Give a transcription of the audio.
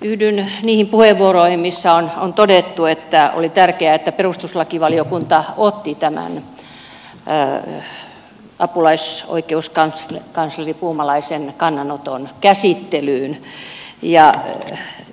yhdyn niihin puheenvuoroihin missä on todettu että oli tärkeää että perustuslakivaliokunta otti tämän apulaisoikeuskansleri puumalaisen kannanoton käsittelyyn